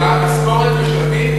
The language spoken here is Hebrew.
משכורת משלמים?